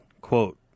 quote